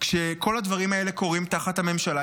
כשכל הדברים האלה קורים תחת הממשלה,